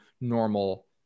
normal